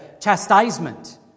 chastisement